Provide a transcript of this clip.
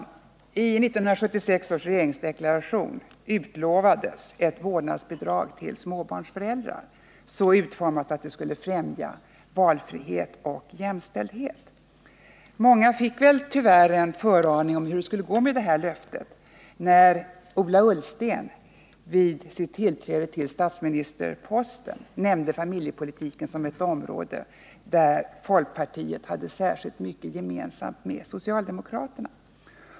I 1976 års regeringsdeklaration utlovades ett vårdnadsbidrag till småbarnsföräldrar så utformat, att det skulle främja valfrihet och jämställdhet. Många fick väl en föraning av hur det skulle gå med detta löfte när Ola Ullsten vid sitt tillträde till statsministerposten nämnde familjepolitiken som ett område där folkpartiet hade särskilt mycket gemensamt med socialdemokraterna.